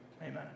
amen